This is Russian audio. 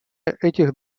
этих